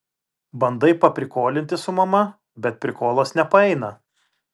bandai paprikolinti su mama bet prikolas nepaeina